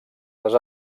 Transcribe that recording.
les